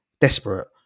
desperate